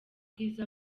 bwiza